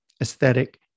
aesthetic